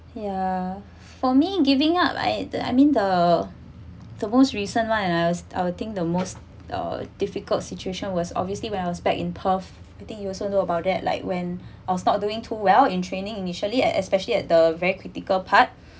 ya for me giving up I the I mean the the most recent one I was I would think the most are difficult situation was obviously when I was back in perth I think you also know about that like when I was not doing too well in training initially at especially at the very critical part